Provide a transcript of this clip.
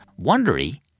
Wondery